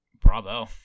bravo